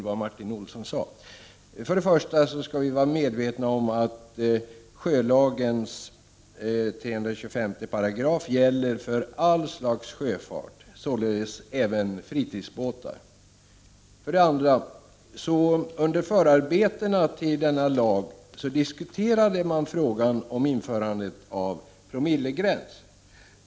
Vi skall vara medvetna om att sjölagens 325 § gäller för allt slags sjöfart, således även för fritidsbåtar. Under förarbetena till denna lag diskuterades frågan om införande av promillegräns.